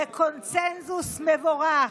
בקונסנזוס מבורך,